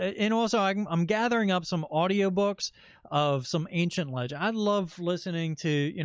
and also i'm um gathering up some audio books of some ancient legend. i love listening to, you